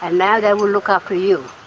ah now they will look after you.